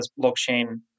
blockchain